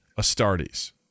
Astartes